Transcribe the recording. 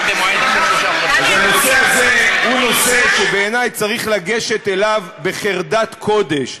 אז הנושא הזה הוא נושא שבעיני צריך לגשת אליו בחרדת קודש.